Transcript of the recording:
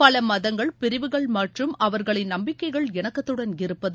பல மதங்கள் பிரிவுகள் மற்றும் அவர்களின் நம்பிக்கைகள் இணக்கத்துடன் இருப்பது